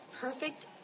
perfect